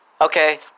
okay